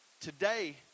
Today